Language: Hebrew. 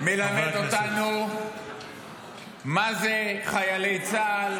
מלמד אותנו מה זה חיילי צה"ל,